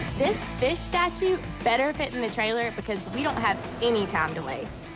this fish statue better fit in the trailer because we don't have any time to waste.